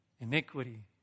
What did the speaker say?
iniquity